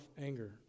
anger